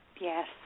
Yes